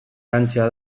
lantzea